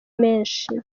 menshi